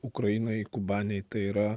ukrainai kubanei tai yra